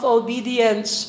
obedience